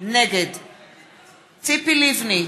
נגד ציפי לבני,